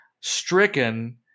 stricken